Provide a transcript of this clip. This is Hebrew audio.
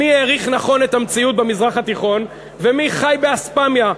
מי העריך נכון את המציאות במזרח התיכון ומי חי באספמיה.